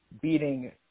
beating –